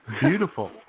Beautiful